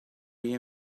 you